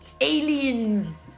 aliens